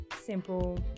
Simple